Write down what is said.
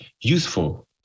useful